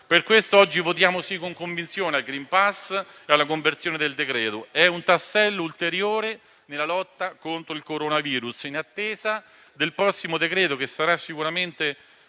Per questo oggi votiamo sì con convinzione al *green pass* e alla conversione del decreto-legge. È un tassello ulteriore nella lotta contro il coronavirus, in attesa del prossimo decreto-legge, che sarà sicuramente